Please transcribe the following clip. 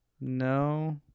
no